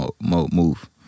move